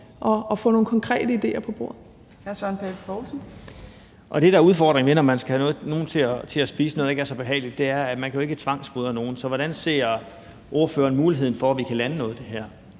14:49 Søren Pape Poulsen (KF): Det, der er udfordringen, når man skal have nogen til at spise noget, der ikke er så behageligt, er jo, at man ikke kan tvangsfodre nogen. Så hvordan ser ordføreren muligheden for, at vi kan lande noget af det her?